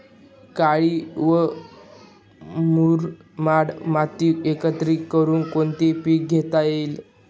काळी व मुरमाड माती एकत्रित करुन कोणते पीक घेता येईल का?